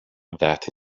that